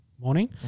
morning